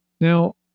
Now